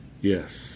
Yes